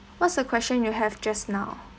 what's the question you have just now